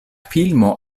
filmo